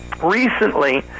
Recently